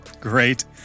Great